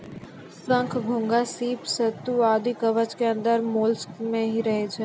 शंख, घोंघा, सीप, सित्तू आदि कवच के अंदर मोलस्क ही रहै छै